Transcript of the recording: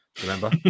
Remember